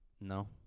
No